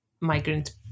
migrant